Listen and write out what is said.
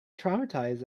traumatized